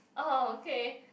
oh okay